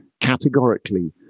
categorically